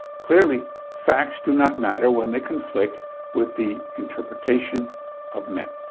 clearly facts do not matter when they conflict with the interpretation of men.